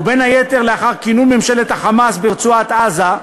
ובין היתר לאחר כינון ממשלת ה"חמאס" ברצועת-עזה,